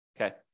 okay